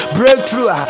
breakthrough